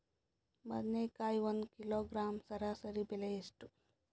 ಬದನೆಕಾಯಿ ಒಂದು ಕಿಲೋಗ್ರಾಂ ಸರಾಸರಿ ಬೆಲೆ ಎಷ್ಟು?